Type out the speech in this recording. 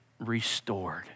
restored